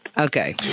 Okay